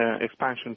expansion